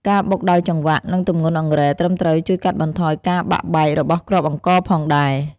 ការបុកដោយចង្វាក់ និងទម្ងន់អង្រែត្រឹមត្រូវជួយកាត់បន្ថយការបាក់បែករបស់គ្រាប់អង្ករផងដែរ។